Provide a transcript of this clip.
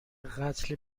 قتل